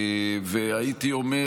והייתי אומר,